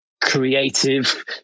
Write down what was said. creative